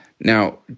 Now